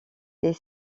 les